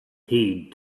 heed